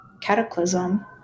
cataclysm